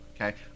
okay